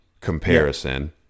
comparison